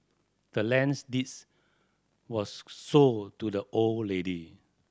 the land's deeds was sold to the old lady